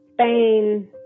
Spain